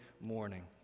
morning